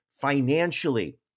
financially